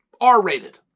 R-rated